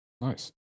Nice